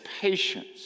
patience